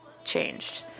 changed